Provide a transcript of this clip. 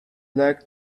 like